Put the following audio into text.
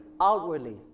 Outwardly